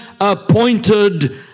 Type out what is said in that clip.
appointed